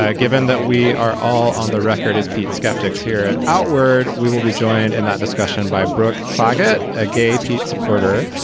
ah given that we are all on the record as pete skeptic's here outward, we will be joined in that discussion by brooke clagett, a gay pete supporter,